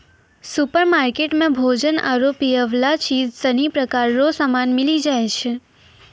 supermarket मे भोजन आरु पीयवला चीज सनी प्रकार रो समान मिली जाय छै